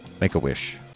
Make-A-Wish